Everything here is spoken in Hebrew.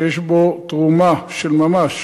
שיש בו תרומה של ממש